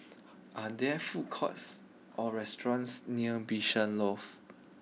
are there food courts or restaurants near Bishan Loft